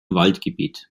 waldgebiet